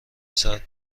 ساعت